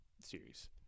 series